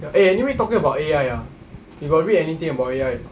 eh anyway talking about A_I ah you got read anything about A_I or not